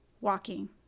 walking